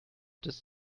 this